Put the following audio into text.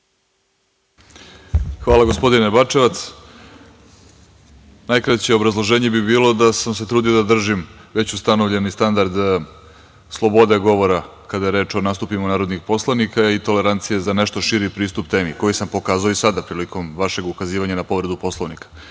Hvala, gospodine Bačevac. Najkraće obrazloženje bi bilo da sam se trudio da držim već ustanovljeni standard slobode govora kada je reč o nastupu narodnih poslanika i tolerancije za nešto širi pristup temi i koji sam pokazao i sada prilikom vašeg ukazivanja na povredu Poslovnika. Da